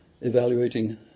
evaluating